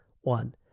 one